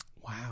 wow